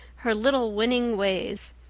her little winning ways,